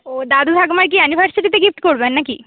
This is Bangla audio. ও দাদু ঠাকুমার কি অ্যানিভার্সারিতে গিফ্ট করবেন নাকি